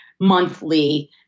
monthly